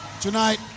Tonight